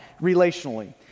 relationally